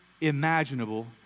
imaginable